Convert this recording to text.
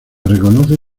reconoce